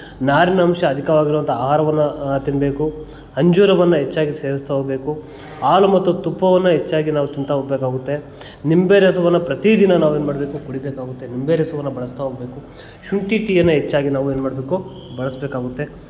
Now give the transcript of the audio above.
ನಾರಿನಂಶ ಅಧಿಕವಾಗಿರುವಂಥ ಆಹಾರವನ್ನು ತಿನ್ಬೇಕು ಅಂಜೂರವನ್ನು ಹೆಚ್ಚಾಗಿ ಸೇವಿಸ್ತಾ ಹೋಗಬೇಕು ಹಾಲು ಮತ್ತು ತುಪ್ಪವನ್ನು ಹೆಚ್ಚಾಗಿ ನಾವು ತಿಂತಾ ಹೋಗಬೇಕಾಗುತ್ತೆ ನಿಂಬೆ ರಸವನ್ನು ಪ್ರತೀ ದಿನ ನಾವು ಏನು ಮಾಡಬೇಕು ಕುಡಿಬೇಕಾಗುತ್ತೆ ನಿಂಬೆ ರಸವನ್ನ ಬಳಸ್ತಾ ಹೋಗಬೇಕು ಶುಂಠಿ ಟೀಯನ್ನು ಹೆಚ್ಚಾಗಿ ನಾವು ಏನು ಮಾಡಬೇಕು ಬಳಸಬೇಕಾಗುತ್ತೆ